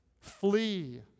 Flee